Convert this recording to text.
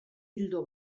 ildo